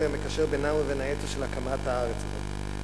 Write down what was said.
המקשר בינם ובין האתוס של הקמת הארץ הזאת.